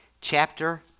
chapter